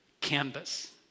canvas